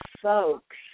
folks